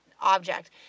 object